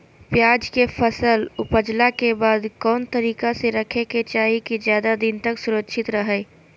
प्याज के फसल ऊपजला के बाद कौन तरीका से रखे के चाही की ज्यादा दिन तक सुरक्षित रहय?